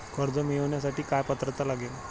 कर्ज मिळवण्यासाठी काय पात्रता लागेल?